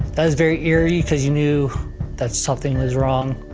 that is very eerie, because you knew that something was wrong.